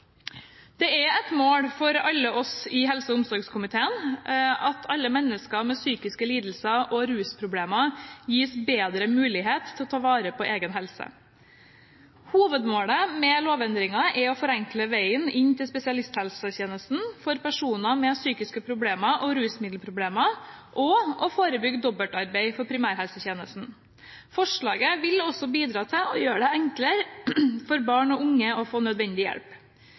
Det er et mål for oss i helse- og omsorgskomiteen at alle mennesker med psykiske lidelser og rusproblemer gis bedre muligheter til å ta vare på egen helse. Hovedmålet med lovendringen er å forenkle veien inn til spesialisthelsetjenesten for personer med psykiske problemer og rusmiddelproblemer og å forebygge dobbeltarbeid for primærhelsetjenesten. Forslaget vil også bidra til å gjøre det enklere for barn og unge å få nødvendig hjelp.